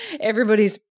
everybody's